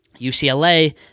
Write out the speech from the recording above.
ucla